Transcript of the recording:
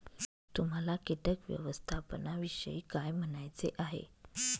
तुम्हाला किटक व्यवस्थापनाविषयी काय म्हणायचे आहे?